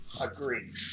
agree